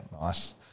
nice